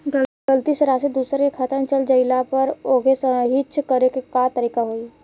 गलती से राशि दूसर के खाता में चल जइला पर ओके सहीक्ष करे के का तरीका होई?